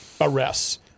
arrests